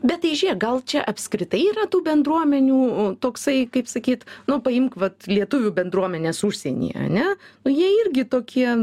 bet tai žėk gal čia apskritai yra tų bendruomenių toksai kaip sakyt nu paimk vat lietuvių bendruomenes užsienyje ane nu jie irgi tokie